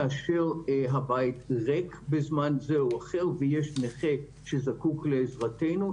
כאשר הבית ריק בזמן זה או אחר ויש נכה שזקוק לעזרתנו,